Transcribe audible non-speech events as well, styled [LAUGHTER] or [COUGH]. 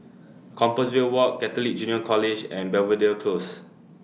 [NOISE] Compassvale Walk Catholic Junior College and Belvedere Close